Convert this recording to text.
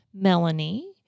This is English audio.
Melanie